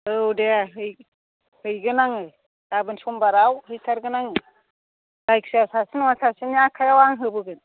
औ दे हैगोन आङो गाबोन सम्बाराव हैथारगोन आं जायखिजाया सासे नङा सासेनि आखाइयाव आं होबोगोन